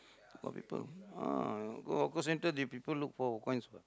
a lot of people uh go hawker centre they people look for coins what